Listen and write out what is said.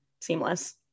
seamless